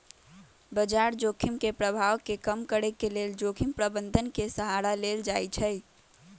बजार जोखिम के प्रभाव के कम करेके लेल जोखिम प्रबंधन के सहारा लेल जाइ छइ